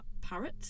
parrot